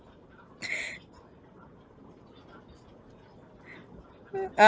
(uh huh)